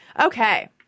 Okay